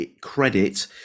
credit